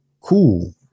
Cool